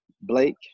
Blake